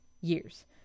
years